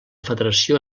federació